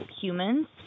humans